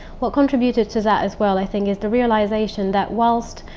what contributed to that as well, i think, is the realisation that whilst.